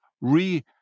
re-